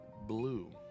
blue